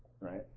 right